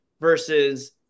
versus